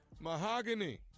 Mahogany